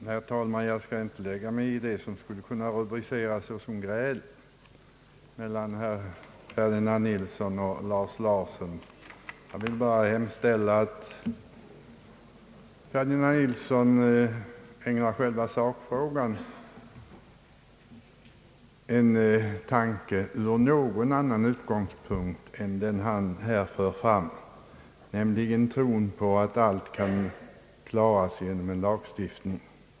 Herr talman! Jag skall inte lägga mig i det som skulle kunna rubriceras som gräl mellan herrar Ferdinand Nilsson och Lars Larsson. Jag vill bara hemställa att herr Ferdinand Nilsson ägnar själva sakfrågan en tanke även ur en annan utgångspunkt än den han här fört fram, nämligen tron på att allt kan klaras genom lagstiftning.